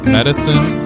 Medicine